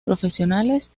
profesionales